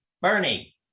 Bernie